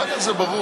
אחר כך זה ברור,